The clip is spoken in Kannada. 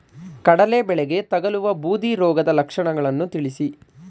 ಕಡಲೆ ಬೆಳೆಗೆ ತಗಲುವ ಬೂದಿ ರೋಗದ ಲಕ್ಷಣಗಳನ್ನು ತಿಳಿಸಿ?